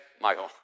Michael